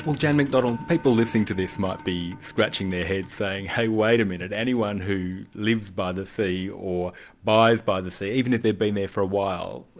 jan mcdonald, people listening to this might be scratching their heads saying, hey, wait a minute, anyone who lives by the sea, or buys by the sea, even if they've been there for a while,